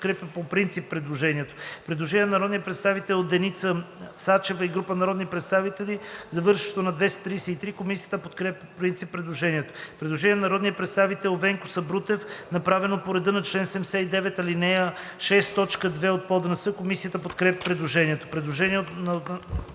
Предложение на народния представител Деница Сачева и група народни представители, завършващо на 233. Комисията подкрепя по принцип предложението. Предложение на народния представител Венко Сабрутев, направено по реда на чл. 79, ал. 6, т. 2 от ПОДНС. Комисията подкрепя предложението.